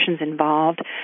involved